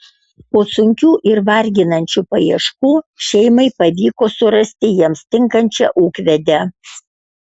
po sunkių ir varginančių paieškų šeimai pavyko surasti jiems tinkančią ūkvedę